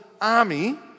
army